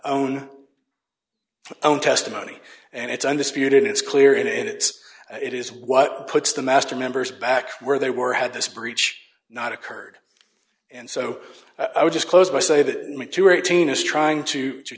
own own testimony and it's undisputed it's clear and it's it is what puts the master members back where they were had this breach not occurred and so i would just close by say that mature eighteen is trying to